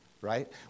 right